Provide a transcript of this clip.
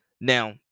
Now